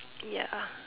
ya